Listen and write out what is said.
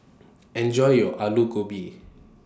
Enjoy your Aloo Gobi